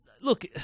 look